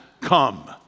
come